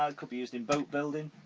ah could be used in boat building,